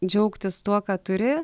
džiaugtis tuo ką turi